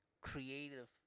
creative